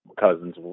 cousins